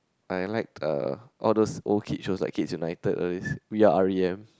I like uh all those old kid shows like Kids-United all this We-Are-R_E_M